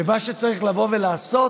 ומה שצריך לבוא ולעשות